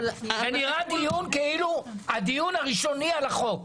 זה נראה דיון כאילו זה הדיון הראשוני על החוק.